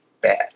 bad